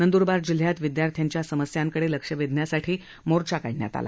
नंदरबार जिल्ह्यात विदयार्थ्याच्या समस्यांकडे लक्ष वेधण्यासाठी मोर्चा काढण्यात आला